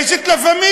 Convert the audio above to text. יש את "לה פמיליה".